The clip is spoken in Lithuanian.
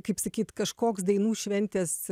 kaip sakyt kažkoks dainų šventės